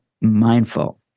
mindful